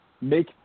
make